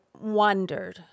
wondered